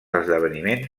esdeveniments